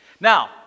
Now